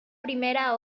primera